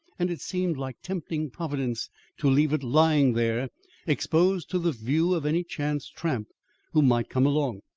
and it seemed like tempting providence to leave it lying there exposed to the view of any chance tramp who might come along.